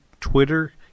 Twitter